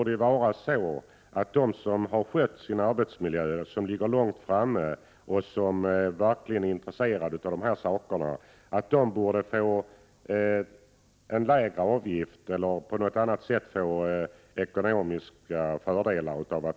De företag som har skött sin arbetsmiljö och som ligger långt framme och verkligen är intresserade av de här sakerna borde få en lägre avgift eller på något annat sätt få ekonomiska fördelar.